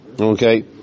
Okay